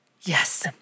Yes